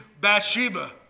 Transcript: Bathsheba